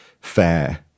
fair